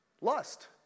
Lust